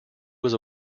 was